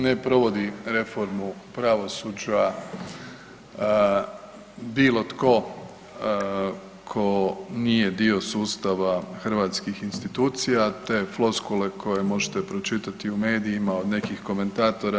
Ne provodi reformu pravosuđa bilo tko ko nije dio sustava hrvatskih institucija, te floskule koje možete pročitati u medijima od nekih komentatora.